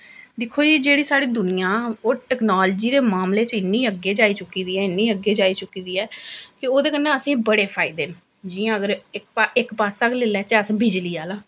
दिक्खो जी जेह्ड़े साढ़ी दुनियां ऐ ओह् टैकनॉलजी दे मामले च इन्नी अग्गें जाई चुकी दी ऐ इन्नी अग्गें जाई चुकी दी ऐ कि ओह्दे कन्नै असें गी बड़े फायदे न जियां कि अगर इक इक पास्सा गै लेई लैच्चे अस बिज़ली आह्ला